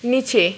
নিচে